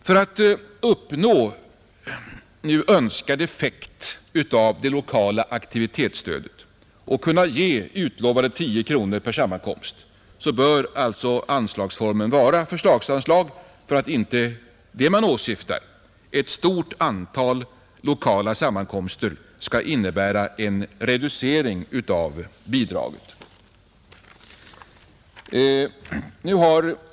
För att uppnå önskad effekt av det lokala aktivitetsstödet och kunna ge utlovade 10 kronor per sammankomst bör anslagsformen vara förslagsanslag för att inte det man åsyftar, ett stort antal lokala sammankomster, skall innebära en reducering av bidraget.